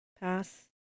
Pass